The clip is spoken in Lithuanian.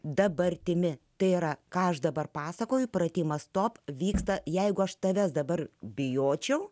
dabartimi tai yra ką aš dabar pasakoju pratimą stop vyksta jeigu aš tavęs dabar bijočiau